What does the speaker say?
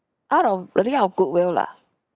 out of really out of goodwill lah